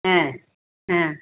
ஆ ஆ